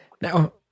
Now